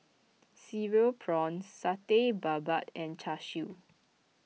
Cereal Prawns Satay Babat and Char Siu